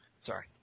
Sorry